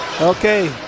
Okay